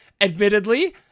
admittedly